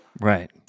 Right